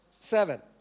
Seven